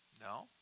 No